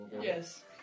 Yes